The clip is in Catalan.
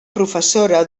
professora